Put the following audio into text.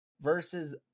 versus